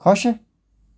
खुश